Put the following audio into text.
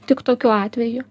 tik tokiu atveju